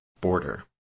border